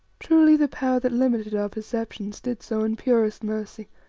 truly, the power that limited our perceptions did so in purest mercy,